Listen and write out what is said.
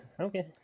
Okay